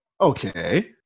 Okay